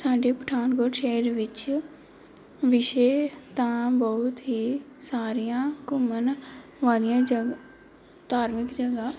ਸਾਡੇ ਪਠਾਨਕੋਟ ਸ਼ਹਿਰ ਵਿੱਚ ਵੈਸੇ ਤਾਂ ਬਹੁਤ ਹੀ ਸਾਰੀਆਂ ਘੁੰਮਣ ਵਾਲੀਆਂ ਜਗ੍ਹਾ ਧਾਰਮਿਕ ਜਗ੍ਹਾ